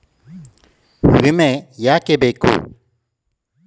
ವಿಮೆ ಯಾಕೆ ಬೇಕು?